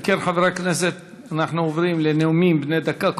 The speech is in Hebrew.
אם כן, חברי הכנסת, אנחנו עוברים לנאומים בני דקה.